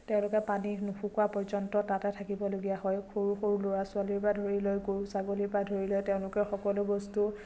তেওঁলোকে পানী নুশুকোৱা পৰ্য্যন্ত তাতে থাকিবলগীয়া হয় সৰু সৰু ল'ৰা ছোৱালীৰ পৰা ধৰিলৈ গৰু ছাগলীৰ পৰা ধৰিলৈ তেওঁলোকে সকলো বস্তু